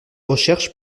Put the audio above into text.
recherche